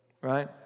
right